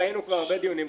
ראינו כבר הרבה דיונים כאלה.